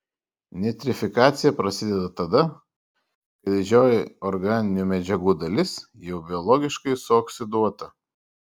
nitrifikacija prasideda tada kai didžioji organinių medžiagų dalis jau biologiškai suoksiduota